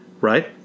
right